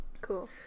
Cool